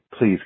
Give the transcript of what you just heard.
please